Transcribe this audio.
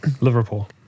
Liverpool